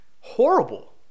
horrible